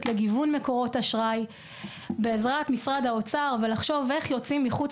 לגיוון מקורות אשראי בעזרת משרד האוצר ולחשוב איך יוצאים מחוץ